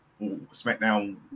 smackdown